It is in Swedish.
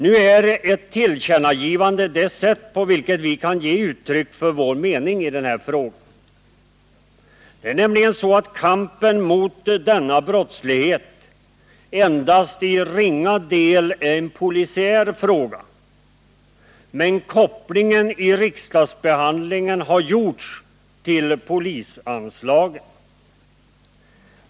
Nu är ett tillkännagivande det sätt på vilket vi kan ge uttryck för vår mening i denna fråga. Det är nämligen så att kampen mot denna brottslighet endast till ringa del är en polisiär fråga. Men i riksdagsbehandlingen har en koppling gjorts till polisanslagen.